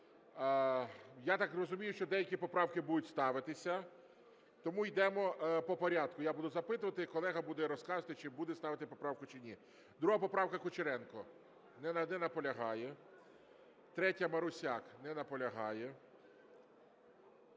Я так розумію, що деякі поправки будуть ставитися, тому йдемо по порядку, я буду запитувати і колега буде розказувати, чи буде ставити поправку, чи ні. 2 поправка, Кучеренко. Не наполягає. 3-я, Марусяк. Не наполягає.